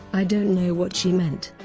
i don't know what she meant.